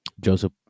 joseph